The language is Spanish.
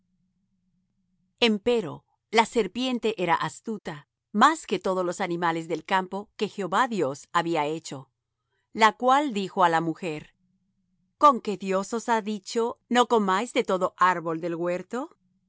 avergonzaban empero la serpiente era astuta más que todos los animales del campo que jehová dios había hecho la cual dijo á la mujer conque dios os ha dicho no comáis de todo árbol del huerto